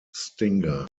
stinger